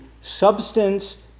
substance